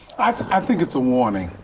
i think it's a warning.